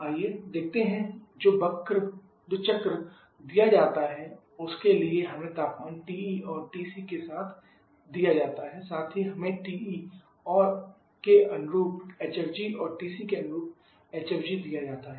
आइए देखते हैं जो चक्र दिया जाता है उसके लिए हमें तापमान TE और TC के साथ दिया जाता है साथ ही हमें TE के अनुरूप hfg और TC के अनुरूप hfg दिया जाता है